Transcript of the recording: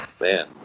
Man